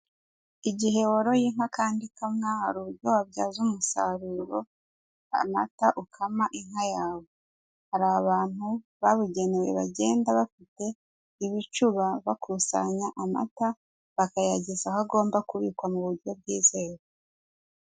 Igihe woroye inka kandi ikamwa hari uburyo wabyaza umusaruro amata ukama inka yawe, hari abantu babugenewe bagenda bafite ibicuba bakusanya amata bakayageza aho agomba kubikwa mu buryo bwizewe.